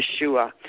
Yeshua